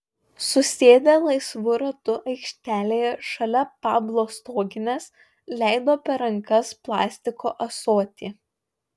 susėdę laisvu ratu aikštelėje šalia pablo stoginės leido per rankas plastiko ąsotį